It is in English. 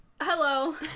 Hello